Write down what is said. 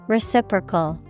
Reciprocal